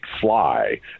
fly